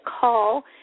call